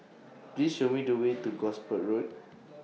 Please Show Me The Way to Gosport Road